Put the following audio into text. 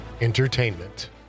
Entertainment